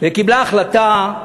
וקיבלה החלטה,